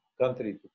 country